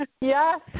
Yes